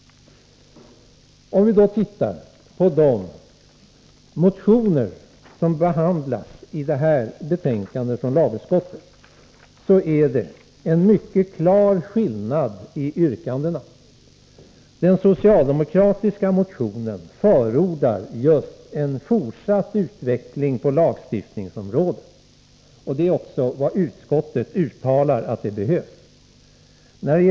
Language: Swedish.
Om vi tittar på de olika motioner som behandlas i detta lagutskottets betänkande finner vi att det är en mycket klar skillnad i yrkandena. I den socialdemokratiska motionen förordas en fortsatt utveckling på lagstiftnings området. Det är också vad utskottet uttalat är nödvändigt.